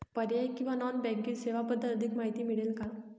पर्यायी किंवा non banking सेवांबद्दल अधिक माहिती मिळेल का?